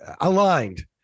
aligned